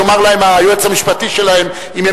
יאמר להם היועץ המשפטי שלהם אם הם